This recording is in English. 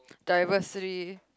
diversity